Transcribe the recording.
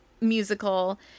musical